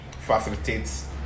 facilitates